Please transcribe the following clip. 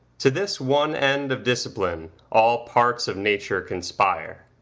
to this one end of discipline, all parts of nature conspire.